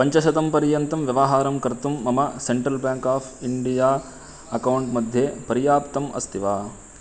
पञ्चशतं पर्यन्तं व्यवहारं कर्तुं मम सेण्ट्रल् बेङ्क् आफ़् इण्डिया अकौण्ट् मध्ये पर्याप्तम् अस्ति वा